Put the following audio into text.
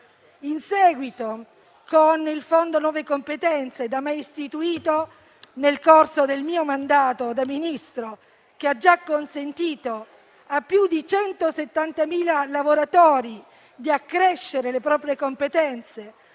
In seguito, con il Fondo nuove competenze da me istituito nel corso del mio mandato da Ministro, che ha già consentito a più di 170.000 lavoratori di accrescere le proprie competenze;